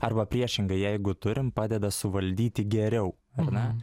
arba priešingai jeigu turim padeda suvaldyti geriau ar ne